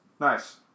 Nice